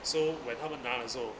so when 他们拿了的时候